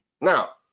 Now